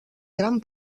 gran